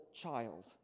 child